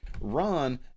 Ron